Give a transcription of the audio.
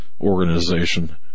organization